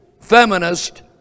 feminist